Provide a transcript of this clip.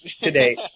Today